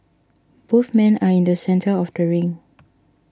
both men are in the centre of the ring